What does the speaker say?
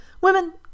women